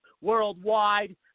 worldwide